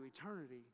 eternity